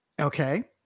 okay